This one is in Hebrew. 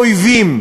כאויבים.